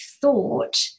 thought